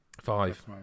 Five